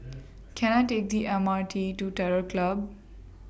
Can I Take The M R T to Terror Club